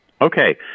Okay